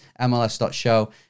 mls.show